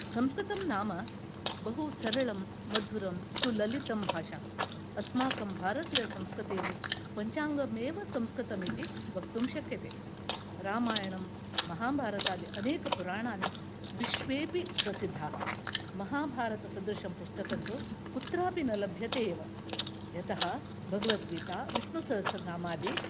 संस्कृतं नाम बहु सरळा मधुरा सुललिता भाषा अस्माकं भारतीयसंस्कृतेः पञ्चाङ्गमेव संस्कृतमिति वक्तुं शक्यते रामायणं महाभारतादि अनेकपुराणानि विश्वेपि प्रसिद्धाः महाभारतसदृशपुस्तकं तु कुत्रापि न लभ्यते एव यतः भगवद्गीता विष्णुसहस्रनामादि